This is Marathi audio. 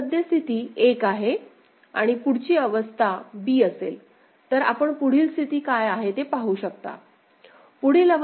आणि सद्य स्थिती 1 आहे आणि पुढची अवस्था b असेल तर आपण पुढील स्थिती काय आहे ते पाहू शकता